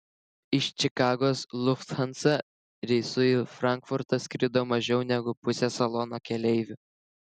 iš čikagos lufthansa reisu į frankfurtą skrido mažiau negu pusė salono keleivių